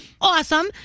awesome